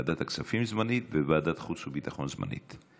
ועדת הכספים זמנית וועדת חוץ וביטחון זמנית.